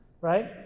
right